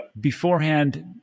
beforehand